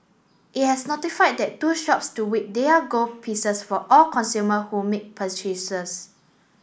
it has notified that two shops to weigh their gold pieces for all consumer who make purchases